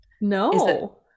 No